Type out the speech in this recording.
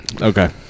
Okay